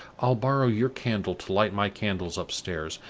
i'll borrow your candle to light my candles upstairs,